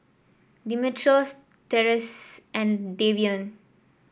Dimitrios Therese and Davion